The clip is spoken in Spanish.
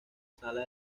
sala